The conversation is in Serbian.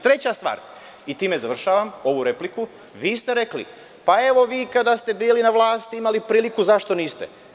Treća stvar, i time završavam ovu repliku, vi ste rekli – pa, evo, vi kada ste bili na vlasti imali ste priliku, zašto onda niste?